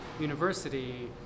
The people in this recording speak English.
university